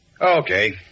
Okay